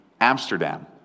Amsterdam